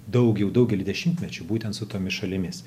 daug jau daugelį dešimtmečių būtent su tomis šalimis